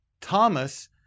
Thomas